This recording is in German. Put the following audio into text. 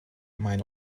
meine